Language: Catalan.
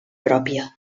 pròpia